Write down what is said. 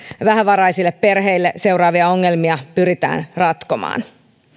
vähävaraisille perheille seuraavia ongelmia pyritään ratkomaan